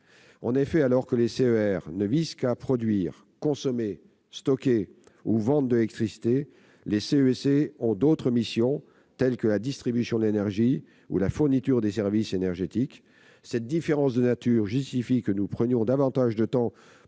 En effet, alors que les CER ne visent qu'à produire, consommer, stocker ou vendre de l'électricité, les CEC ont d'autres missions, telles que la distribution de l'énergie ou la fourniture de services énergétiques. Cette différence de nature justifie que nous prenions davantage de temps